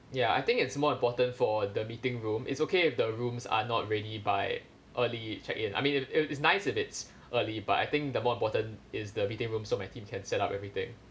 ya I think it's more important for the meeting room it's okay if the rooms are not ready by early check-in I mean if if if nice if it's early but I think the more important is the meeting room so my team can set up everything